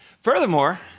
Furthermore